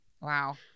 Wow